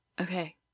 Okay